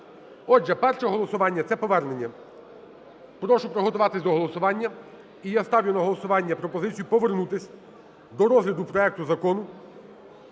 Отже, перше голосування – це повернення. Прошу приготуватись до голосування. І я ставлю на голосування пропозицію повернутися до розгляду проекту Закону